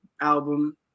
album